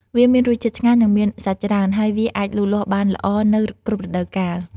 វាមានរសជាតិឆ្ងាញ់ និងមានសាច់ច្រើន ហើយវាអាចលូតលាស់បានល្អនៅគ្រប់រដូវកាល។